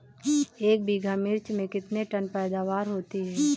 एक बीघा मिर्च में कितने टन पैदावार होती है?